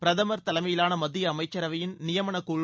பிரதமர் தலைமையிலான மத்திய அமைச்சரவையின் நியமனக் குழு